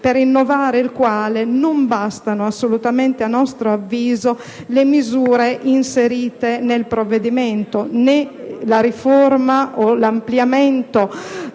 per innovare il quale non bastano assolutamente, a nostro avviso, le misure inserite nel provvedimento, né la riforma o l'ampliamento